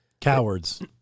Cowards